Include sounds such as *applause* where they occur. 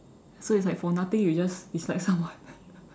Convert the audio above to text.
so it's like for nothing you just dislike someone *breath*